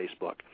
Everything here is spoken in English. Facebook